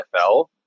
NFL